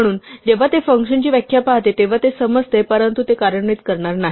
म्हणून जेव्हा ते फंक्शनची व्याख्या पाहते तेव्हा ते समजते परंतु ते कार्यान्वित करणार नाही